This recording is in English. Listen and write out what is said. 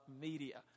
media